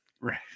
Right